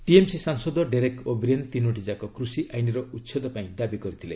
TMC ସାଂସଦ Derek O'Brien ତିନୋଟିଯାକ କୃଷିଆଇନର ଉଚ୍ଛେଦ ପାଇଁ ଦାବି କରିଥିଲେ